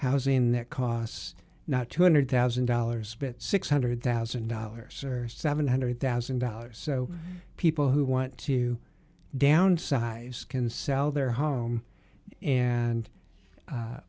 housing that costs not two hundred thousand dollars but six hundred thousand dollars or seven hundred thousand dollars so people who want to downsize can sell their home and